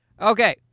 Okay